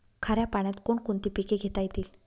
खाऱ्या पाण्यात कोण कोणती पिके घेता येतील?